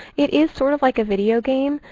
it is sort of like a video game.